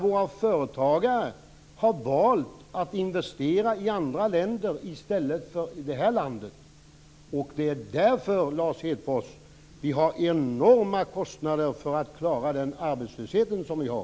Våra företagare har ju valt att investera i andra länder i stället. Det är därför vi har så enorma kostnader för att klara av den arbetslöshet vi har.